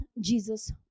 Jesus